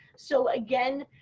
so again,